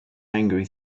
angry